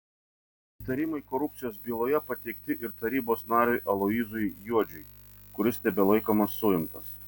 įtarimai korupcijos byloje pateikti ir tarybos nariui aloyzui juodžiui kuris tebelaikomas suimtas